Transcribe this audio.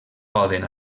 poden